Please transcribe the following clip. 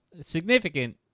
significant